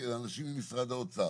אנשים ממשרד האוצר,